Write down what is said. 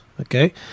okay